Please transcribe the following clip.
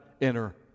enter